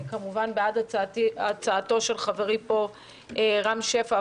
אני כמובן בעד ההצעה של חברי רם שפע,